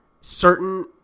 certain